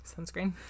Sunscreen